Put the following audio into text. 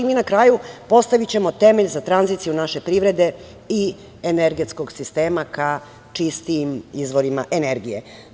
Na kraju, postavićemo temelj za tranziciju naše privrede i energetskog sistema ka čistijim izvorima energije.